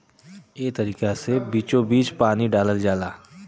एह तरीका मे बीचोबीच पानी डालल जाला